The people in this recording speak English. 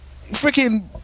freaking